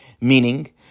Meaning